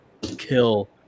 kill